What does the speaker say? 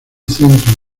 centro